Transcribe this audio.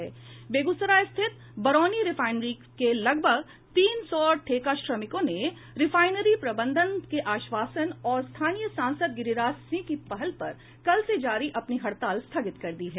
बेगूसराय स्थित बरौनी रिफाइनरी के लगभग तीन सौ ठेका श्रमिकों ने रिफाइनरी प्रबंधन के आश्वासन और स्थानीय सांसद गिरिराज सिंह की पहल पर कल से जारी अपनी हड़ताल स्थगित कर दी है